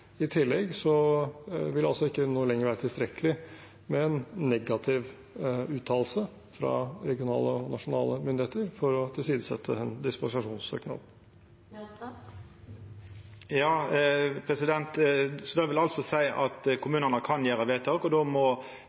I tillegg vil det ikke lenger være tilstrekkelig med en negativ uttalelse fra regionale og nasjonale myndigheter for å tilsidesette en dispensasjonssøknad. Så det vil altså seia at kommunane kan gjera vedtak, og då må